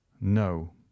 No